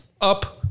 up